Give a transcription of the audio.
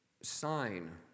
sign